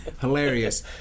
hilarious